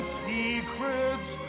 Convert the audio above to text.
secrets